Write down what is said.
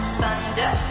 thunder